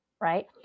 right